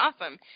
awesome